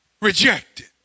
rejected